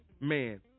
man